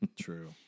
True